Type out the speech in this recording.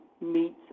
meets